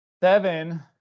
Seven